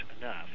enough